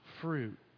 fruit